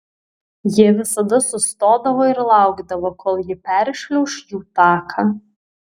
jie visada sustodavo ir laukdavo kol ji peršliauš jų taką